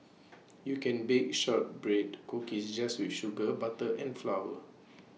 you can bake Shortbread Cookies just with sugar butter and flour